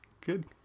Good